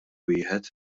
wieħed